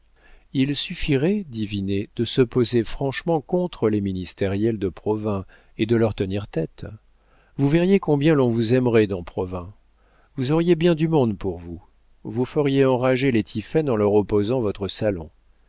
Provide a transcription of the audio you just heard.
il suffirait dit vinet de se poser franchement contre les ministériels de provins et de leur tenir tête vous verriez combien l'on vous aimerait dans provins vous auriez bien du monde pour vous vous feriez enrager les tiphaine en leur opposant votre salon